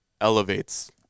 elevates